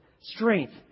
strength